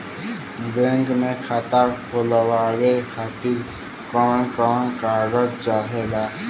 Bank मे खाता खोलवावे खातिर कवन कवन कागज चाहेला?